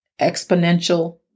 exponential